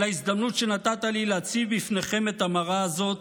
על ההזדמנות שנתת לי להציב בפניכם את המראה הזאת.